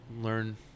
learn